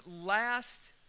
last